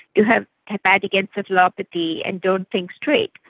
you have hepatic encephalopathy and don't think straight.